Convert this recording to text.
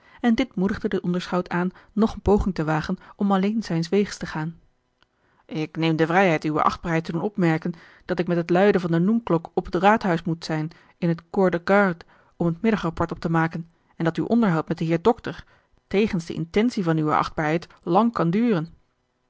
en dit moedigde den onderschout aan nog eene poging te wagen om alleen zijns weegs te gaan ik neem de vrijheid uwe achtbaarheid te doen opmerken dat ik met het luiden van de noenklok op het raadhuis moet zijn in het corps de garde om het middag rapport op te maken en dat uw onderhoud met den heer dokter tegens de intentie van uwe achtbaarheid lang kan duren